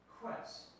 quest